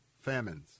famines